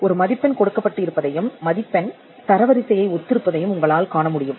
ஒரு மதிப்பெண் கொடுக்கப்பட்டு இருப்பதையும் மதிப்பெண் தரவரிசையை ஒத்திருப்பதையும் உங்களால் காண முடியும்